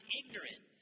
ignorant